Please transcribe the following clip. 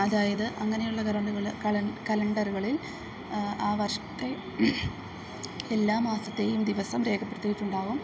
അതായത് അങ്ങനെയുള്ള കലണ്ടറുകൾ കലണ്ടറുകളിൽ ആ വർഷത്തെ എല്ലാ മാസത്തെയും ദിവസം രേഖപ്പെടുത്തിയിട്ടുണ്ടാകും